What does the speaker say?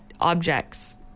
objects